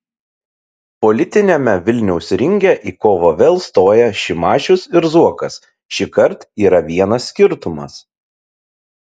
politiniame vilniaus ringe į kovą vėl stoja šimašius ir zuokas šįkart yra vienas skirtumas